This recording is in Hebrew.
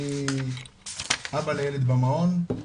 אני אבא לילד במעון,